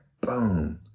Boom